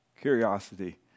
curiosity